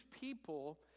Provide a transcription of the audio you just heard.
people